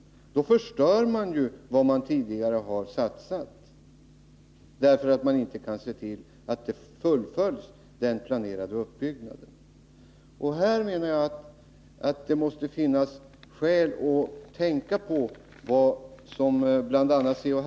Då förstör man vad man tidigare har satsat, därför att man inte kan se till att den planerade uppbyggnaden fullföljs. Här menar jag att det måste finnas skäl att tänka på vad bl.a. C.-H.